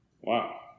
Wow